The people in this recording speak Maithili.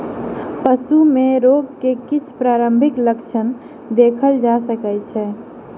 पशु में रोग के किछ प्रारंभिक लक्षण देखल जा सकै छै